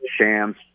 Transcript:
Shams